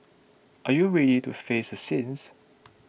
are you ready to face the sins